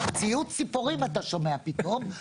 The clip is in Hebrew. אתה שומע ציוץ ציפורים פתאום,